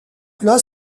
plat